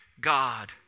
God